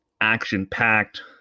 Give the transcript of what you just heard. Action-packed